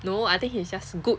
no I think he's just good